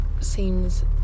seems